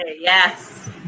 Yes